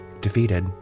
Defeated